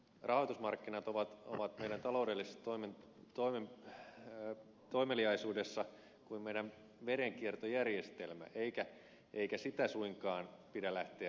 rahoitusmarkkinat ovat meidän taloudellisessa toimeliaisuudessa kuin meidän verenkiertojärjestelmä eikä sitä suinkaan pidä lähteä verottamaan